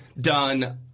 done